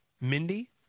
Mindy